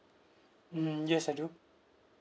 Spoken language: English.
mm yes I do